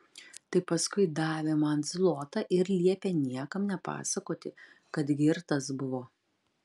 tai paskui davė man zlotą ir liepė niekam nepasakoti kad girtas buvo